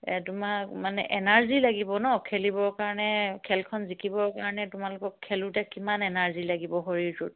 তোমাক মানে এনাৰ্জি লাগিব ন খেলিবৰ কাৰণে খেলখন জিকিবৰ কাৰণে তোমালোকক খেলোঁতে কিমান এনাৰ্জি লাগিব শৰীৰটোত